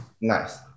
Nice